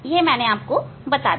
यह मैंने आपको बता दिया